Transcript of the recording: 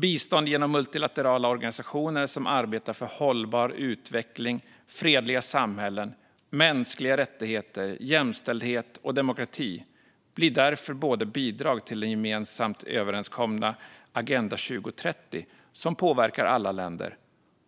Bistånd genom multilaterala organisationer som arbetar för hållbar utveckling, fredliga samhällen, mänskliga rättigheter, jämställdhet och demokrati blir därför både bidrag till den gemensamt överenskomna Agenda 2030, som påverkar alla länder,